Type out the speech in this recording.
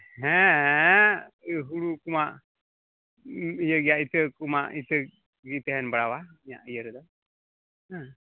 ᱦᱮᱸ ᱦᱩᱲᱩ ᱠᱚᱢᱟ ᱤᱭᱟᱹ ᱜᱮᱭᱟ ᱤᱛᱟᱹ ᱠᱚᱢᱟ ᱤᱛᱟᱹ ᱜᱮ ᱛᱮᱦᱮᱱ ᱵᱟᱣᱟ ᱤᱧᱟᱹᱜ ᱤᱭᱟᱹ ᱨᱮᱫᱚ ᱦᱮᱸ